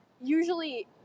usually